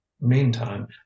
Meantime